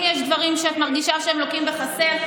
אם יש דברים שאת מרגישה שהם לוקים בחסר,